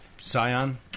scion